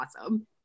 awesome